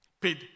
paid